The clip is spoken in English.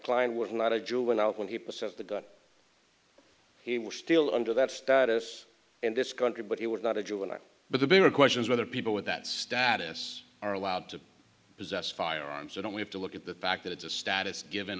would not a juvenile when he says the gun he was still under that status in this country but he was not a juvenile but the bigger question is whether people with that status are allowed to possess firearms and we have to look at the fact that it's a status given